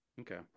Okay